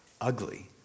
ugly